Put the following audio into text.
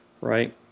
right